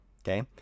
okay